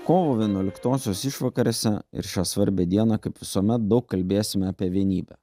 kovo vienuoliktosios išvakarėse ir šią svarbią dieną kaip visuomet daug kalbėsime apie vienybę